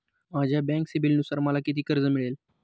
माझ्या बँक सिबिलनुसार मला किती कर्ज मिळेल?